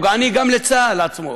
פוגעני, גם לצה"ל עצמו.